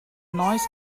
noise